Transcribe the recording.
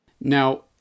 Now